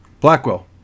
Blackwell